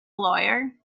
lawyer